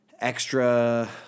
extra